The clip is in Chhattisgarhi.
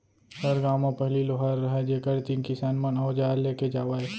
हर गॉंव म पहिली लोहार रहयँ जेकर तीन किसान मन अवजार लेके जावयँ